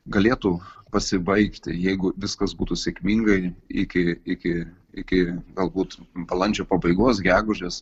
galėtų pasibaigti jeigu viskas būtų sėkmingai iki iki iki galbūt balandžio pabaigos gegužės